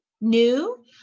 new